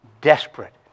desperate